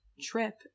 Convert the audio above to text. trip